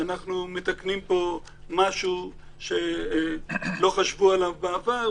אנחנו מתקנים פה משהו שלא חשבו עליו בעבר,